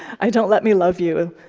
i don't let me love you.